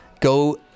Go